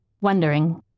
wondering